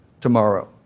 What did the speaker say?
tomorrow